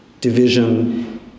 division